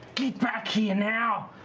get back here, now!